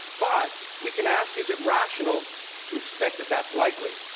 but we can ask, is it rational to expect that that's likely.